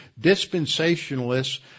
dispensationalists